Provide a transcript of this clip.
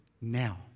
now